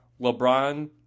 LeBron